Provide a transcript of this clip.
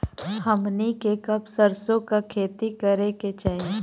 हमनी के कब सरसो क खेती करे के चाही?